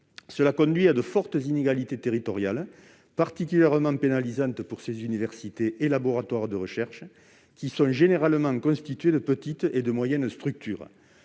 Cela conduit à de fortes inégalités territoriales, particulièrement pénalisantes pour les universités et les laboratoires de recherche concernés, qui sont généralement constitués de petites et de moyennes structures.